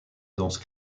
danse